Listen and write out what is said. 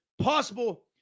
possible